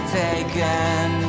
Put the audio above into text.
taken